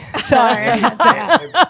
Sorry